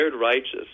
righteous